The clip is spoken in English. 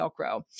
velcro